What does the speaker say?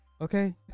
Okay